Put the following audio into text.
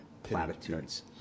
Platitudes